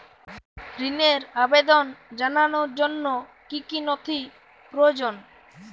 ঋনের আবেদন জানানোর জন্য কী কী নথি প্রয়োজন?